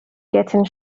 getting